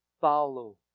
follow